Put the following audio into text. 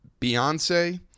Beyonce